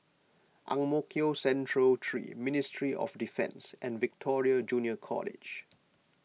Ang Mo Kio Central three Ministry of Defence and Victoria Junior College